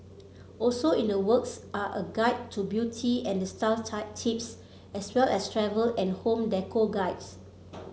also in the works are a guide to beauty and style tips as well as travel and home decor guides